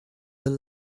the